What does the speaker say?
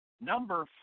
Number